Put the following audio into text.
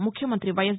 ముఖ్యమంతి వైఎస్